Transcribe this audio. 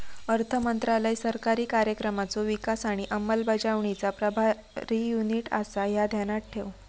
अर्थमंत्रालय सरकारी कार्यक्रमांचो विकास आणि अंमलबजावणीचा प्रभारी युनिट आसा, ह्या ध्यानात ठेव